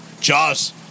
Jaws